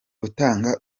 gutanga